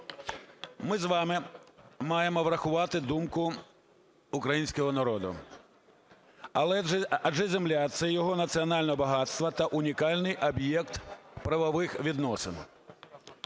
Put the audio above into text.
Ми з вами маємо врахувати думку українського народу. Адже земля – це його національне багатство та унікальний об'єкт правових відносин.